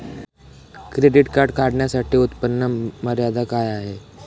Credit card काढण्यासाठी उत्पन्न मर्यादा काय आहे?